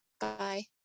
bye